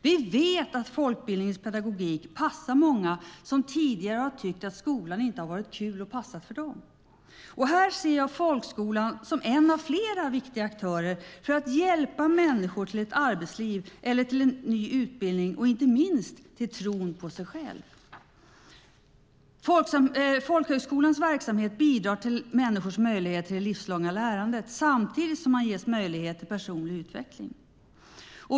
Vi vet att folkbildningens pedagogik passar många som tidigare har tyckt att skolan inte har varit kul och passat för dem. Här ser jag folkhögskolan som en av flera viktiga aktörer för att hjälpa människor till ett arbetsliv eller till en ny utbildning och inte minst till tron på sig själva. Folkhögskolans verksamhet bidrar till människors möjlighet till det livslånga lärandet samtidigt som de ges möjlighet till personlig utveckling.